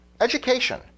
education